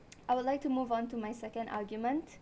I would like to move on to my second argument